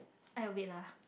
I a bit lah